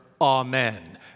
amen